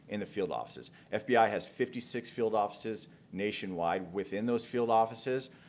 in the field offices ah fbi has fifty six field offices nationwide within those field offices,